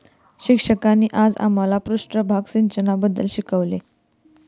शिक्षकांनी आज आम्हाला पृष्ठभाग सिंचनाबद्दल शिकवले